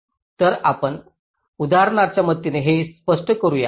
तर आपण उदाहरणाच्या मदतीने हे स्पष्ट करू या